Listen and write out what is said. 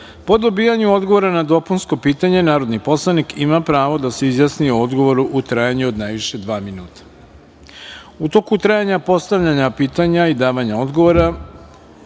dobijanju odgovora na dopunsko pitanje narodni poslanik ima pravo da se izjasni o odgovoru, u trajanju od najviše dva minuta.U